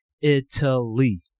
Italy